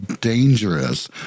dangerous